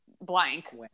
blank